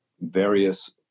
various